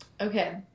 Okay